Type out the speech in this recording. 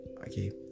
Okay